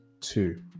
two